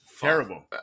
terrible